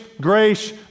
grace